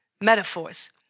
metaphors